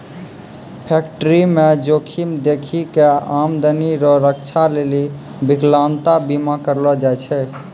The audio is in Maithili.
फैक्टरीमे जोखिम देखी कय आमदनी रो रक्षा लेली बिकलांता बीमा करलो जाय छै